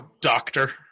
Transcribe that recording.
Doctor